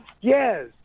yes